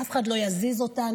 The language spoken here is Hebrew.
אף אחד לא יזיז אותנו,